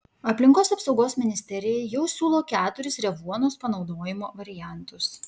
aplinkos apsaugos ministerijai jau siūlo keturis revuonos panaudojimo variantus